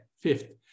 fifth